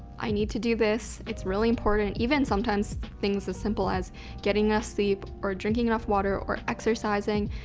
i need to do this, it's really important. even sometimes, things as simple as getting a sleep or drinking enough water or exercising